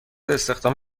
استخدام